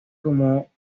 como